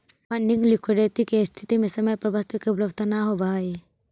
funding liquidity के स्थिति में समय पर वस्तु के उपलब्धता न होवऽ हई